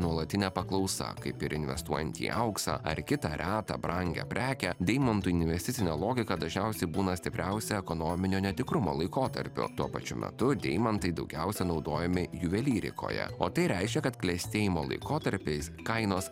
nuolatinė paklausa kaip ir investuojant į auksą ar kitą retą brangią prekę deimantų investicinė logika dažniausiai būna stipriausia ekonominio netikrumo laikotarpiu tuo pačiu metu deimantai daugiausia naudojami juvelyrikoje o tai reiškia kad klestėjimo laikotarpiais kainos